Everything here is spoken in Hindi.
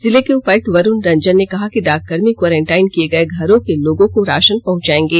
जिले के उपायुक्त वरुण रंजन ने कहा कि डाककर्मी क्वारेंटाइन किए गए घरों के लोगों को राशन पहंचाएंगे